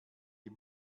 die